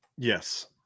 Yes